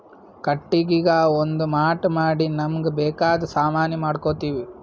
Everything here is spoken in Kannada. ಕಟ್ಟಿಗಿಗಾ ಒಂದ್ ಮಾಟ್ ಮಾಡಿ ನಮ್ಮ್ಗ್ ಬೇಕಾದ್ ಸಾಮಾನಿ ಮಾಡ್ಕೋತೀವಿ